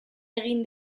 egin